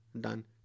Done